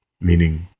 meaning